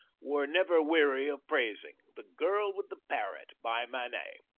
were never weary of praising, the girl with the parrot, by manet.